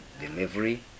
delivery